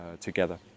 together